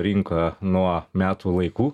rinka nuo metų laikų